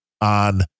on